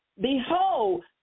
Behold